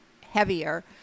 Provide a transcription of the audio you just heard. heavier